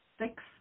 six